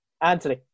Anthony